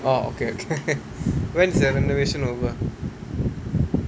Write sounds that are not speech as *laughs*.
orh okay okay *laughs* when's the renovation over